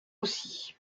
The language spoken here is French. aussi